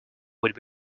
would